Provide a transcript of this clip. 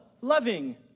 loving